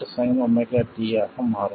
5mV sinωt ஆக மாறும்